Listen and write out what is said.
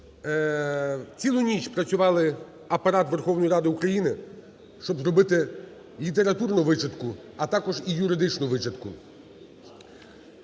Цілу ніч працював Апарат Верховної Ради України, щоб зробити літературну вичитку, а також і юридичну вичитку.